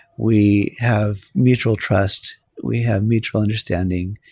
we have mutual trust. we have mutual understanding.